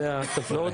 אלה הטבלאות.